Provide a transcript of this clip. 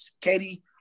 Katie